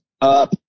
up